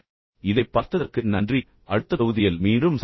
இதைப் பார்த்ததற்கு நன்றி அடுத்த தொகுதியில் மீண்டும் சந்திப்போம்